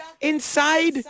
inside